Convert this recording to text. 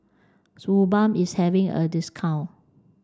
Suu Balm is having a discount